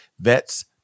Vets